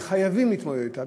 וחייבים להתמודד אתה.